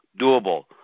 doable